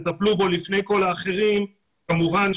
טפלו בו לפני כל האחרים - ברור לך